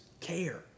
care